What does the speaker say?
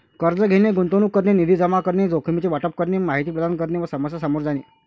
कर्ज घेणे, गुंतवणूक करणे, निधी जमा करणे, जोखमीचे वाटप करणे, माहिती प्रदान करणे व समस्या सामोरे जाणे